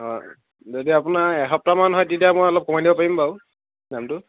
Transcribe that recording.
হয় যদি আপোনাৰ এসপ্তাহমান হয় তেতিয়া মই অলপ কমাই দিব পাৰিম বাৰু দামটো